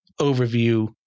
Overview